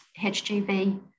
HGV